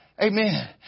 Amen